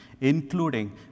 including